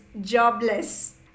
jobless